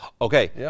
Okay